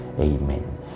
Amen